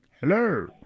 Hello